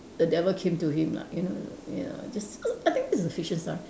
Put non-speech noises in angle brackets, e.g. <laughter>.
the devil came to him lah you know ya just <noise> I think it's a fiction story